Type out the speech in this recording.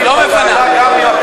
סגן השר.